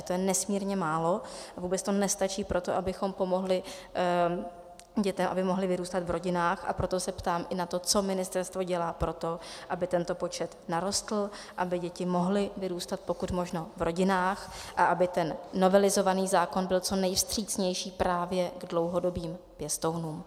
To je nesmírně málo a vůbec to nestačí pro to, abychom pomohli dětem, aby mohly vyrůstat v rodinách, a proto se ptám i na to, co ministerstvo dělá pro to, aby tento počet narostl, aby děti mohly vyrůstat pokud možno v rodinách a aby ten novelizovaný zákon byl co nejvstřícnější právě k dlouhodobým pěstounům.